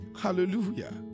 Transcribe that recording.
Hallelujah